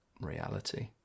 reality